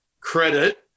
credit